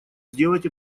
сделать